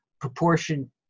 proportion